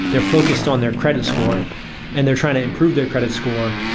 they're focused on their credit score and they're trying to improve their credit score.